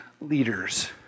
leaders